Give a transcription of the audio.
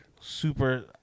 super